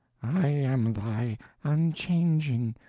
i am thy unchanging,